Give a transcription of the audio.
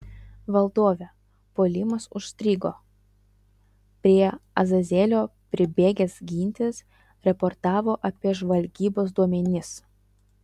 valdove puolimas užstrigo prie azazelio pribėgęs gintis raportavo apie žvalgybos duomenis